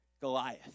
Goliath